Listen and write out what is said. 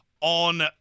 on